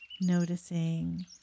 noticing